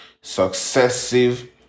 successive